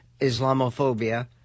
Islamophobia